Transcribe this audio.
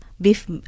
beef